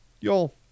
Y'all